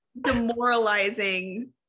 demoralizing